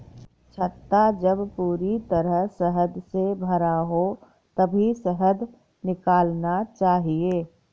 छत्ता जब पूरी तरह शहद से भरा हो तभी शहद निकालना चाहिए